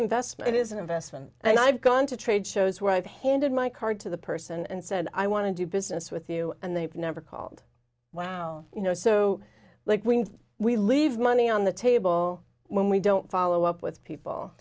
investment is an investment and i've gone to trade shows where i've handed my card to the person and said i want to do business with you and they never called wow you know so so like when we leave money on the table when we don't follow up with people